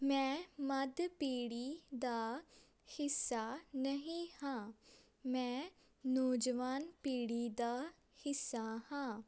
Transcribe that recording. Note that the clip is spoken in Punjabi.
ਮੈਂ ਮੱਧ ਪੀੜ੍ਹੀ ਦਾ ਹਿੱਸਾ ਨਹੀਂ ਹਾਂ ਮੈਂ ਨੌਜਵਾਨ ਪੀੜ੍ਹੀ ਦਾ ਹਿੱਸਾ ਹਾਂ